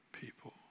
people